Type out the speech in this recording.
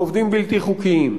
לעובדים בלתי חוקיים.